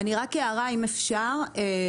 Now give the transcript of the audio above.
רק הערה, אם אפשר.